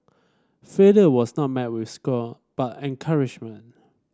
failure was not met with scorn but encouragement